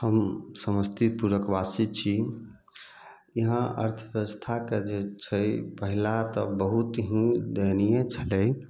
हम समस्तीपुरक बासी छी यहाँ अर्थब्यबस्थाके जे छै पहिला तऽ बहुत ही दयनीए छलै